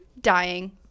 dying